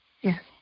Yes